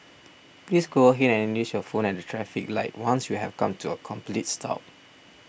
please go ahead and use your phone at the traffic light once you have come to a complete stop